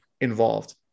involved